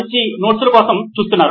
మంచి నోట్స్ ల కోసం చూస్తున్నారు